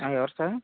ఆ ఎవరు సార్